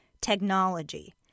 technology